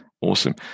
Awesome